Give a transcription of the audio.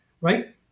Right